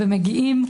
הגיעו.